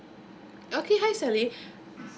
okay hi